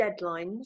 deadlines